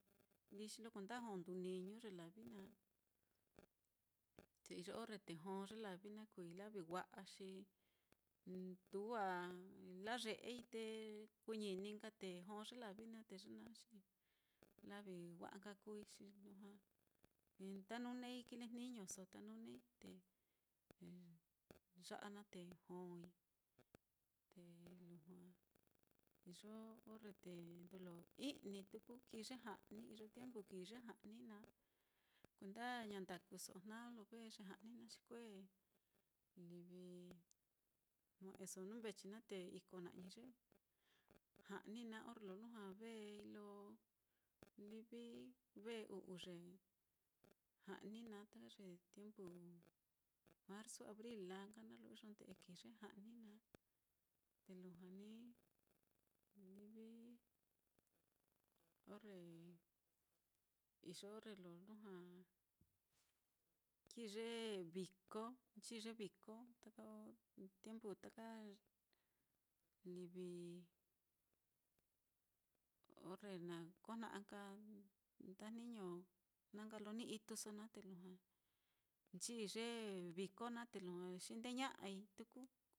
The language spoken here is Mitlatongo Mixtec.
líi xi lo kuenda jó nduuu niñu ye lavi naá, te iyo orre te jó ye lavi naá kuui lavi wa'a xi nduu á laye'ei te kuu ñini nka te jó ye lavi naá, te ye naá xi lavi wa'a nka kuui xi lujua tanuneei kilejniñoso, tanuneei te ya'a naá te jói, te lujua te iyo orre te ndolo i'ni tuku, kii ye ja'ni iyo tiempu kii ye ja'ni naá kuenda ña ndakuso ojna lo ve ye ja'ni naá, xi kue livi jue'eso nuu mbechi naá, te iko na'i ye ja'ni naá, orre lo lujua vei lo livi ve u'u ye ja'ni naá, ta ye tiempu marzu, abril, la nka naá lo iyo nde'e kee ye ja'ni naá, te lujua ní livi orre, iyo orre lo lujua kii ye viko, nchi ye viko taka tiempu taka livi orre nakojna'a nka ndajniño na nka lo ni ituso naá, te lujua nchi ye viko naá te lujua xindeña'ai tuku,